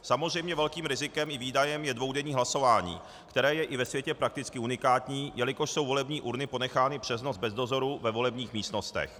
Samozřejmě velkým rizikem i výdajem je dvoudenní hlasování, které je i ve světě prakticky unikátní, jelikož jsou volební urny ponechány přes noc bez dozoru ve volebních místnostech.